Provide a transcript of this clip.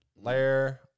layer